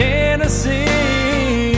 Tennessee